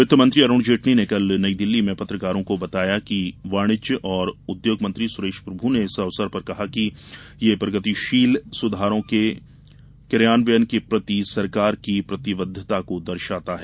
वित्त मंत्री अरूण जेटली ने कल नई दिल्ली में पत्रकारों को बताया वाणिज्य और उद्योग मंत्री सुरेश प्रभू ने इस अवसर पर कहा कि यह प्रगतिशील सुधारों के कार्यान्वयन के प्रति सरकार की प्रतिबद्धता को दर्शाता है